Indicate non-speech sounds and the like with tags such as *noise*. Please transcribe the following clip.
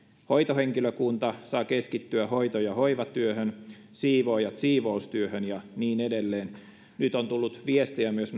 hoitohenkilökunta saa keskittyä hoito ja hoivatyöhön siivoojat siivoustyöhön ja niin edelleen nyt on tullut viestiä myös *unintelligible*